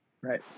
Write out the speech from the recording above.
Right